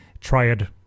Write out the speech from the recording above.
triad